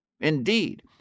Indeed